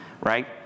Right